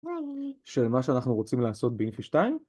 של מה שאנחנו רוצים לעשות באינפי 2